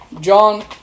John